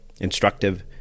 instructive